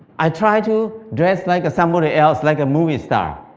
i tried to dress like somebody else, like a movie star.